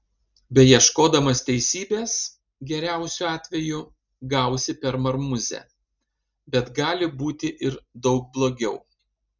beieškodamas teisybės geriausiu atveju gausi per marmuzę bet gali būti ir daug blogiau